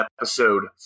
episode